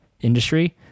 industry